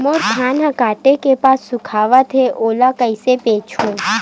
मोर धान ह काटे के बाद सुखावत हे ओला कइसे बेचहु?